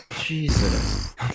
Jesus